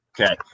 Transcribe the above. Okay